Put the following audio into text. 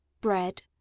Bread